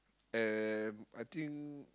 and I think